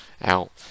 out